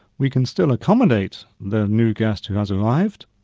we can still accommodate the new guest who has arrived.